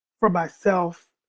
for myself,